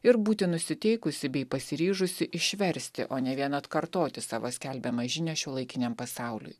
ir būti nusiteikusi bei pasiryžusi išversti o ne vien atkartoti savo skelbiamą žinią šiuolaikiniam pasauliui